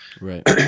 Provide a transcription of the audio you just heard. Right